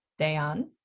Dayan